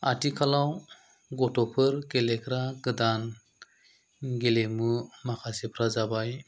आथिखालाव गथ'फोर गेलेग्रा गोदान गेलेमु माखासेफ्रा जाबाय